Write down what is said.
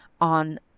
on